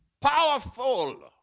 powerful